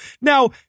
now